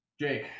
Jake